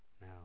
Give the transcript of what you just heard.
Now